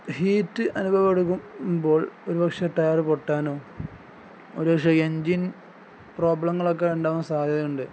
heat അനുഭവം എടുക്കുമ്പോൾ ഒരുപക്ഷെ ടയറ് പൊട്ടാനോ ഒരുപക്ഷെ എൻഞ്ജിൻ പ്രോബ്ലങ്ങളൊക്കെ ഉണ്ടാകാൻ സാധ്യതയുണ്ട്